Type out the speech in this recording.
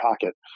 pocket